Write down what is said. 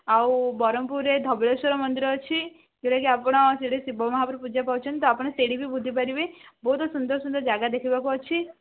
ଆଉ ବ୍ରହ୍ମପୁରରେ ଧବଳେଶ୍ୱର ମନ୍ଦିର ଅଛି ଯୋଉଟାକି ଆପଣ ସେଇଠି ଶିବ ମହାପ୍ରଭୁ ପୂଜା ପାଉଛନ୍ତି ତ ଆପଣ ସେଇଠି ବି ବୁଲି ପାରିବେ ବହୁତ ସୁନ୍ଦର ସୁନ୍ଦର ଜାଗା ଦେଖିବାକୁ ଅଛି